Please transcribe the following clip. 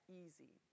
easy